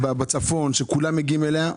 בצפון, עיר שכולם מגיעים אליה.